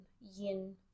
yin